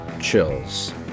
chills